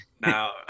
now